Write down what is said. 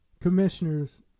commissioners